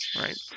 Right